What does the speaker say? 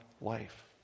life